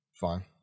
Fine